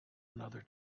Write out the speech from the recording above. another